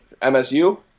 MSU